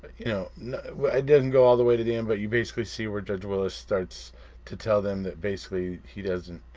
you know know it didn't go all the way to the end but you basically see where judge willis starts to tell them that basically he doesn't,